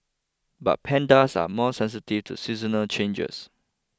but pandas are more sensitive to seasonal changes